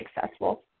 successful